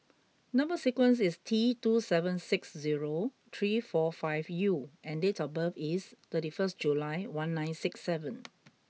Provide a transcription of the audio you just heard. number sequence is T two seven six zero three four five U and date of birth is thirty first July one nine six seven